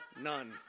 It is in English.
none